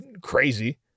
crazy